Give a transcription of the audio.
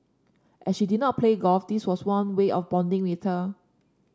as she did not play golf this was one way of bonding with her